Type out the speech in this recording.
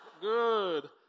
Good